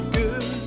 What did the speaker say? good